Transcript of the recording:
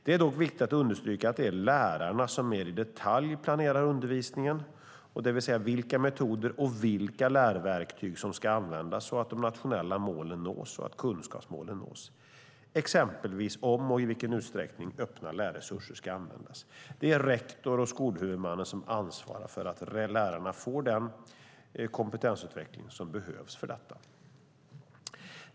Det är dock viktigt att understryka att det är lärarna som mer i detalj planerar undervisningen, det vill säga vilka metoder och lärverktyg som ska användas så att de nationella målen och kunskapskraven nås, exempelvis om och i vilken utsträckning öppna lärresurser ska användas. Det är rektor och skolhuvudmannen som ansvarar för att lärarna får den kompetensutveckling som behövs för detta.